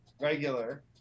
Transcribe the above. regular